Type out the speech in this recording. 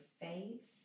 faith